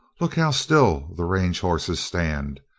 look how still the range hosses stand.